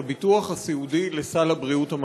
הביטוח הסיעודי לסל הבריאות הממלכתי.